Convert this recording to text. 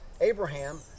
Abraham